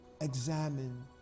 examine